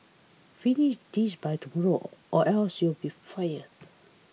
finish this by tomorrow or else you'll be fired